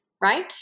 right